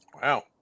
Wow